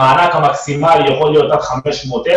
המענק המקסימלי יכול להיות עד 500,000